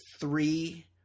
three